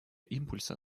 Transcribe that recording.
импульса